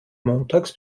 montags